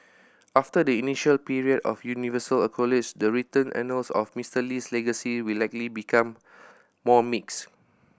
after the initial period of universal accolades the written annals on Mister Lee's legacy will likely become more mixed